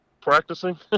practicing